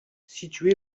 situé